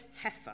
heifer